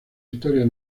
historia